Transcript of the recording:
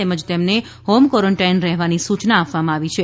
તેમજ તેમને home quarantine રહેવાની સૂયના આપવામાં આવી છે